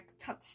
touch